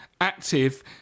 active